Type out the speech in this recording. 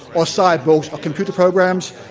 or cyborgs, or computer programs,